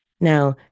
Now